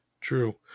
True